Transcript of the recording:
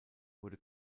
wurde